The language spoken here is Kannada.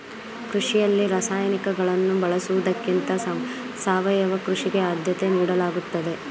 ಕೃಷಿಯಲ್ಲಿ ರಾಸಾಯನಿಕಗಳನ್ನು ಬಳಸುವುದಕ್ಕಿಂತ ಸಾವಯವ ಕೃಷಿಗೆ ಆದ್ಯತೆ ನೀಡಲಾಗುತ್ತದೆ